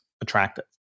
attractive